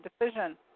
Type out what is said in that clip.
decision